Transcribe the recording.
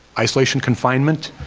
isolation confinement,